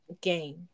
game